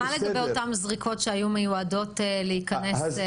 מה לגבי אותן זריקות שהיו מיועדות להיכנס לסל הבריאות?